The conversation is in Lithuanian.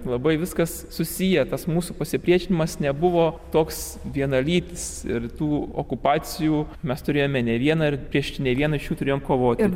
labai viskas susiję tas mūsų pasipriešinimas nebuvo toks vienalytis ir tų okupacijų mes turėjome ne vieną ir prieš nė vienas šių turėjom kovoti